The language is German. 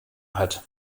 hat